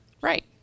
Right